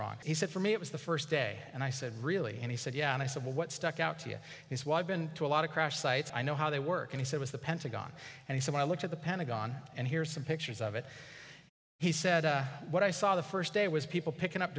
wrong he said for me it was the first day and i said really and he said yeah and i said well what stuck out to you is why i've been to a lot of crash sites i know how they work he said with the pentagon and he said i looked at the pentagon and here's some pictures of it he said what i saw the first day was people picking up